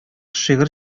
шигырь